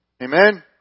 Amen